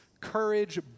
courage